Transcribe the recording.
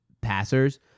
passers